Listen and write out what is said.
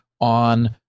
on